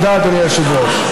תודה, אדוני היושב-ראש.